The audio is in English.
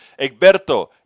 Egberto